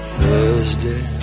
Thursday